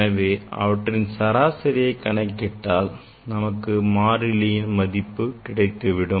எனவே அவற்றின் சராசரியை கணக்கிட்டால் நமக்கு மாறிலியின் மதிப்பு கிடைத்துவிடும்